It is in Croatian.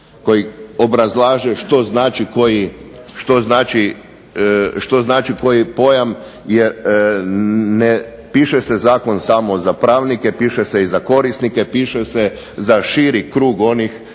koji obrazlaže što znači koji pojam, jer ne piše se zakon samo za pravnike, piše se i za korisnike, piše se za širi krug onih